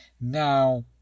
Now